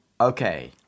Okay